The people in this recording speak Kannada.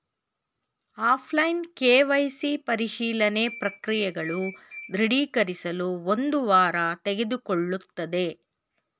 ಆಫ್ಲೈನ್ ಕೆ.ವೈ.ಸಿ ಪರಿಶೀಲನೆ ಪ್ರಕ್ರಿಯೆಗಳು ದೃಢೀಕರಿಸಲು ಒಂದು ವಾರ ತೆಗೆದುಕೊಳ್ಳುತ್ತದೆ